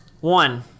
One